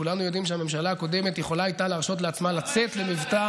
כולנו יודעים שהממשלה הקודמת יכולה הייתה להרשות לעצמה לצאת למבצע